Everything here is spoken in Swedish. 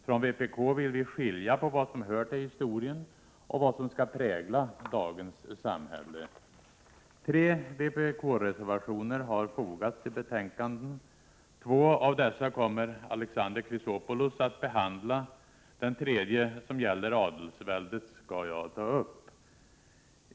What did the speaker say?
Från vpk vill vi skilja på vad som hör till historien och vad som skall prägla dagens samhälle. Tre vpk-reservationer har fogats till betänkandet. Två av dessa kommer Alexander Chrisopoulos att behandla. Den tredje, som gäller adelsväldet, skall jag ta upp.